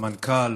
למנכ"ל,